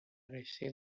رشته